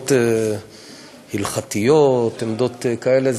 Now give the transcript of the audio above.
לעמדות הלכתיות, עמדות כאלה.